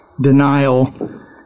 denial